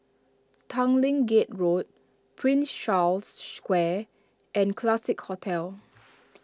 Tanglin Gate Road Prince Charles Square and Classique Hotel